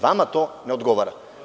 Vama to ne odgovara.